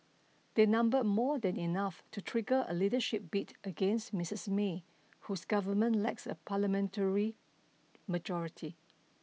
they number more than enough to trigger a leadership bid against Mistress May whose government lacks a parliamentary majority